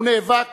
הוא נאבק